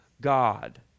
God